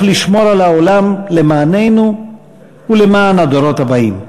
לשמור על העולם למעננו ולמען הדורות הבאים.